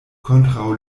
kontraŭ